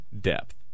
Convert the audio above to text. depth